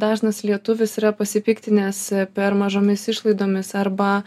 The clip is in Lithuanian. dažnas lietuvis yra pasipiktinęs per mažomis išlaidomis arba